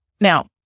Now